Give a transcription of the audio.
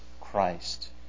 Christ